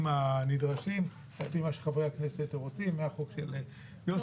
הנדרשים על-פי מה שחברי הכנסת רוצים והחוק של יוסי.